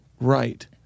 right